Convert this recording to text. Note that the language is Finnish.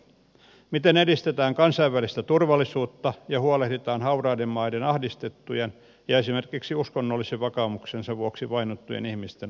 miten edistetään kansainvälistä turvallisuutta ja huolehditaan hauraiden maiden ahdistettujen ja esimerkiksi uskonnollisen vakaumuksensa vuoksi vainottujen ihmisten asioista